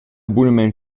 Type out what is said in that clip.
bunamein